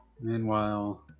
Meanwhile